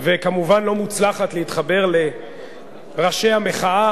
וכמובן לא מוצלחת, להתחבר לראשי המחאה,